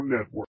Network